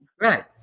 Right